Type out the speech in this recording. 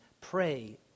pray